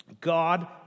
God